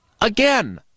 again